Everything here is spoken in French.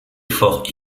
forts